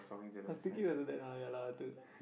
as thinking as a dad lah nah lah dude